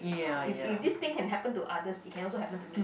you know if if this thing can happen to others it can also happen to me